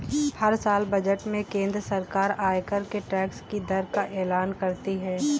हर साल बजट में केंद्र सरकार आयकर के टैक्स की दर का एलान करती है